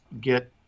get